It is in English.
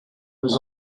was